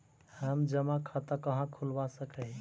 हम जमा खाता कहाँ खुलवा सक ही?